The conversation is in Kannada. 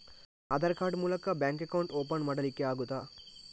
ಆಧಾರ್ ಕಾರ್ಡ್ ಮೂಲಕ ಬ್ಯಾಂಕ್ ಅಕೌಂಟ್ ಓಪನ್ ಮಾಡಲಿಕ್ಕೆ ಆಗುತಾ?